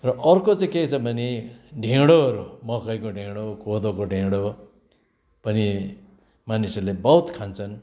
र अर्को चाहिँ के छ भने ढेँडोहरू मकैको ढेँडो कोदोको ढेँडो पनि मानिसहरूले बहुत खान्छन्